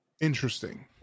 Interesting